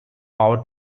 power